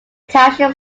township